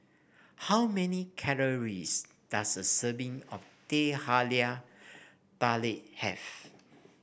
how many calories does a serving of Teh Halia Tarik have